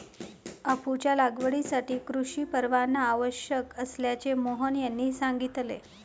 अफूच्या लागवडीसाठी कृषी परवाना आवश्यक असल्याचे मोहन यांनी सांगितले